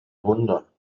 wunder